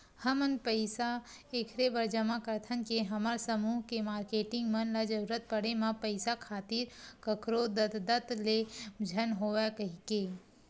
हमन पइसा ऐखरे बर जमा करथन के हमर समूह के मारकेटिंग मन ल जरुरत पड़े म पइसा खातिर कखरो दतदत ले झन होवय कहिके